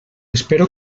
espero